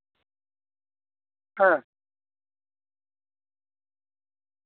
ᱦᱮᱸ